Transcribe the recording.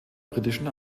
britischen